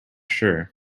sure